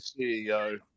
CEO